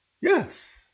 Yes